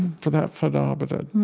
for that phenomenon